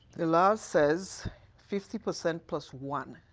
the law says fifty percent plus one.